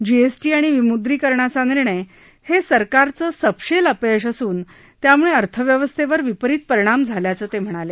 GST आणि विमुद्रीकरणाचा निर्णय हे सरकारचं सपशेल अपयश असून त्यामुळे अर्थव्यवस्थेवर विपरीत परिणाम झाल्याचं ते म्हणाले